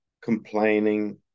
complaining